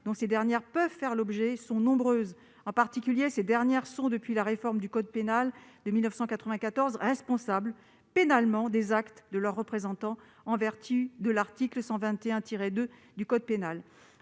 dont ces dernières peuvent faire l'objet sont nombreuses. Par exemple, elles sont, depuis la réforme du code pénal de 1994, responsables pénalement des actes de leurs représentants, en vertu de l'article 121-2 du code pénal.